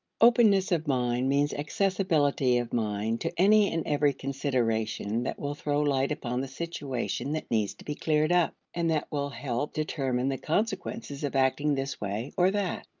openness of mind means accessibility of mind to any and every consideration that will throw light upon the situation that needs to be cleared up, and that will help determine the consequences of acting this way or that.